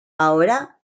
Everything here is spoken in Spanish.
ahora